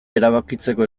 erabakitzeko